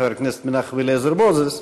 חבר הכנסת מנחם אליעזר מוזס,